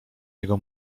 jego